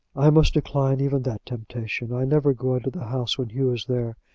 i must decline even that temptation. i never go into the house when hugh is there,